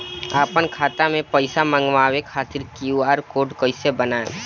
आपन खाता मे पईसा मँगवावे खातिर क्यू.आर कोड कईसे बनाएम?